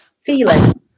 feeling